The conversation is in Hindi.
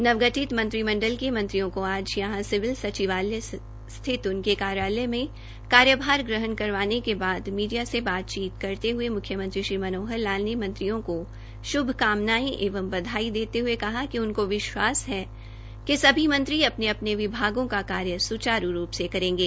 नवगठित मंत्रिमंडल के मंत्रियों को आज यहां सिविल सचिवालय स्थित उनके कार्यालयों में कार्यभार ग्रहण करवाने के बाद मीडिया से बातचीत करते हए म्ख्यमंत्री श्री मनोहर लाल ने मंत्रियों को श्भकामनाएं एवं बधाई देते हए कहा कि उनको विश्वास है कि सभी मंत्री अपने अपने विभागों का कार्य स्चारू रूप से करेंगे